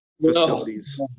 facilities